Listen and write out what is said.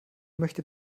möchte